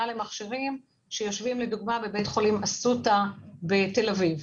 למכשירים שיושבים לדוגמה בבית חולים אסותא בתל אביב.